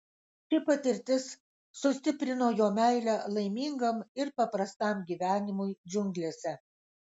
ši patirtis sustiprino jo meilę laimingam ir paprastam gyvenimui džiunglėse